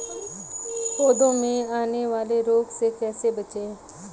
पौधों में आने वाले रोग से कैसे बचें?